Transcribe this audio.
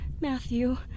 Matthew